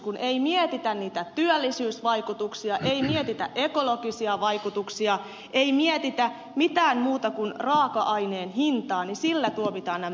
kun ei mietitä työllisyysvaikutuksia ei mietitä ekologisia vaikutuksia ei mietitä mitään muuta kuin raaka aineen hintaa niin sillä tuomitaan nämä